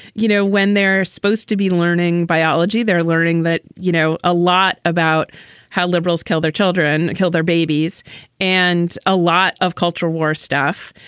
you know, when they're supposed to be learning biology, they're learning that you know a lot about how liberals kill their children, kill their babies and a lot of cultural war stuff.